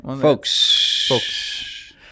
Folks